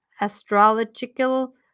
astrological